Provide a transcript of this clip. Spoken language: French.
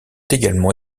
également